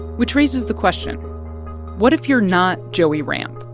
which raises the question what if you're not joey ramp?